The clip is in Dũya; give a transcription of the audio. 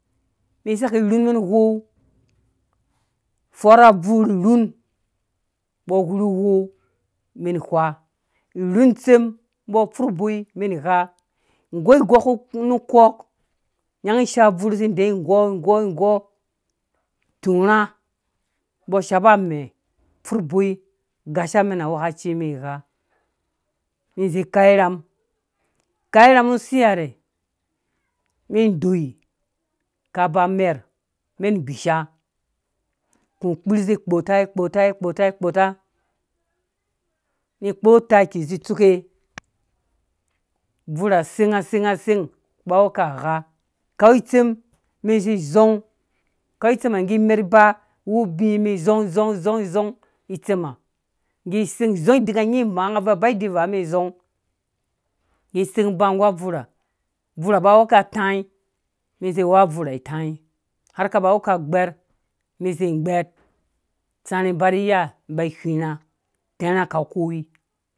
Mɛm saki rhun mɛn uwou fɔr abvur rhun mbɔ wurhu uwou mɛn wha rhun tsɛm mbɔ furh uboi mɛn gha. gɔigɔ nu kɔ nyanyi ishaa bvur zĩ idɛɛ. gɔ gɔ gɔ turhã mbɔ shapa amɛe furh boi gasha mɛn angwhɛ̃ kaci mɛn igha ni zĩ kau irham kau irham nu siha rhɛ mɛn doi kaba merh mɛn gbisha hũ kpir zĩ-kpota-kpota-kpota-kpota-ni kpo utakizĩ tsuke abvur ha seng seng seng ba awu ka gha kau itsem mɛn zĩ zɔng-zɔng-zɔng-zɔng itsemha zɔng dika nyin imaa nga bvui ba idin vaa mɛn zɔng iseng ba nggu abvurha bvurha ba awu ka tãĩ mɛn zĩ wow a bvurha itãĩ har ka ba wu ka gbɛr mɛn zĩ bɛr tsãrhĩ ba ni iya mba whirhã tɛ̃rhã ka koi.